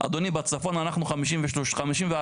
אדוני, בצפון אנחנו 54% מהאוכלוסייה.